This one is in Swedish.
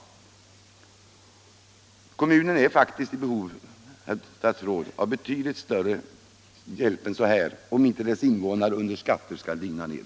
Kommunen är faktiskt i behov av betydligt större hjälp än så om inte dess invånare skall digna ned under skatter.